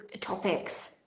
topics